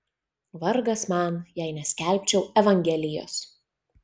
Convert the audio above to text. vargas man jei neskelbčiau evangelijos